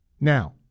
Now –